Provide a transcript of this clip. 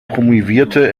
promovierte